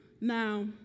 Now